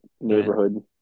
neighborhood